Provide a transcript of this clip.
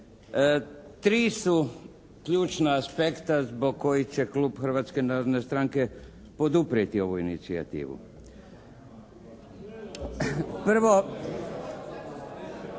Tri su ključna aspekta zbog kojih će Klub Hrvatske narodne stranke poduprijeti ovu inicijativu. Prvo.